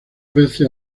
veces